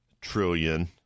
trillion